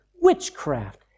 witchcraft